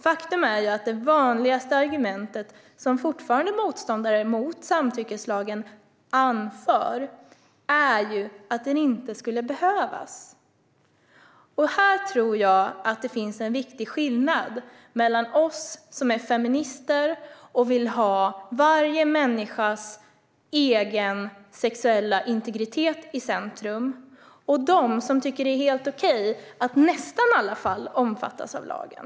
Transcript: Faktum är att det vanligaste argument som motståndare mot samtyckeslagen fortfarande anför är att den inte skulle behövas. Här tror jag att det finns en viktig skillnad mellan oss som är feminister och som vill ha varje människas egen sexuella integritet i centrum och de som tycker att det är helt okej att nästan i alla fall omfattas av lagen.